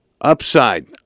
upside